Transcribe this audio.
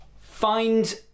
find